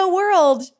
world